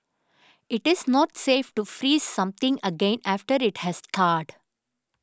it is not safe to freeze something again after it has thawed